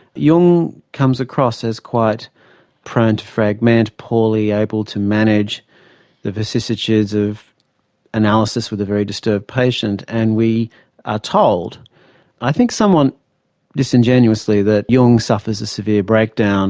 jung comes across as quite prone to fragment, poorly able to manage the vicissitudes of analysis with a very disturbed patient and we are told i think somewhat disingenuously that jung suffers a severe breakdown